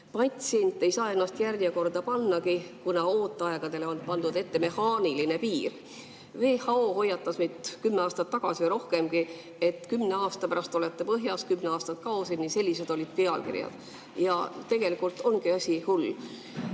patsient ei saa ennast järjekorda pannagi, kuna ooteaegadele on pandud ette mehaaniline piir. WHO hoiatas meid kümme või rohkem aastat tagasi, et kümne aasta pärast olete põhjas, kümme aastat kaoseni – sellised olid pealkirjad. Ja tegelikult ongi asi hull.